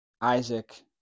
Isaac